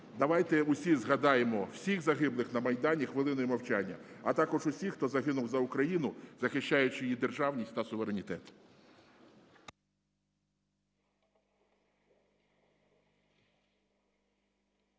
давайте усі згадаємо всіх загиблих на Майдані хвилиною мовчання, а також усіх, хто загинув за Україну, захищаючи її державність та суверенітет.